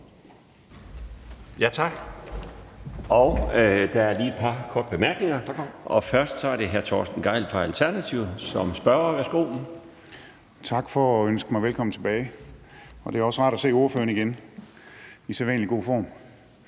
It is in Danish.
Tak. Der er lige et par korte bemærkninger. Først er det hr. Torsten Gejl fra Alternativet som spørger. Værsgo. Kl. 15:41 Torsten Gejl (ALT): Tak for at ønske mig velkommen tilbage. Det er også rart at se ordføreren igen i sædvanlig god form,